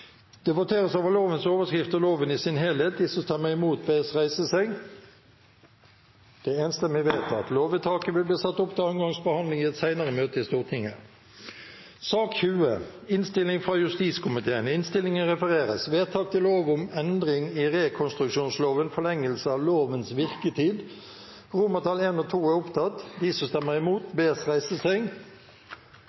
Det voteres over lovens overskrift og loven i sin helhet. Lovvedtaket vil bli satt opp til andre gangs behandling i et senere møte i Stortinget. Dermed er